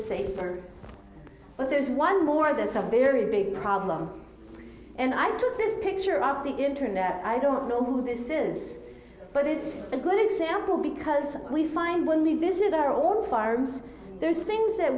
safer but there's one more that's a very big problem and i just this picture of the internet i don't know who this is but it's a good example because we find when we visit our all farms there are things that